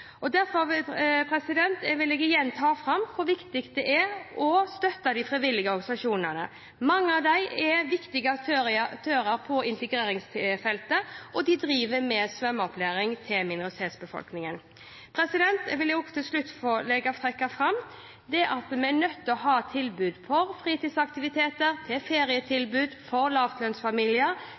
Derfor vil jeg igjen ta fram hvor viktig det er å støtte de frivillige organisasjonene. Mange av dem er viktige aktører på integreringsfeltet, og de driver med svømmeopplæring til minoritetsbefolkningen. Jeg vil også til slutt få trekke fram det at vi er nødt til å ha tilbud om fritidsaktiviteter og ferie for lavtlønnsfamilier,